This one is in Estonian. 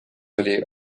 oli